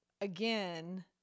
again